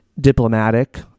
diplomatic